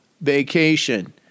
vacation